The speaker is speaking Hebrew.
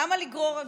למה לגרור רגליים?